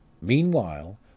Meanwhile